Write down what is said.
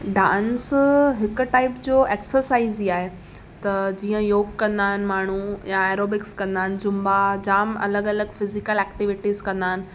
dance हिक type जो exercise ही आहे त जीअं योग कंदा आहिनि माण्हू या एरोबिक्स कंदा आहिनि जुंबा जाम अलॻि अलॻि फ़िज़ीकल एक्टीविटीज़ कंदा आहिनि